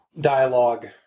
dialogue